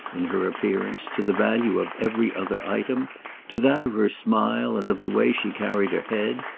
in her appearance, to the value of every other item to that of her smile and of the way she carried her head,